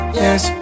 yes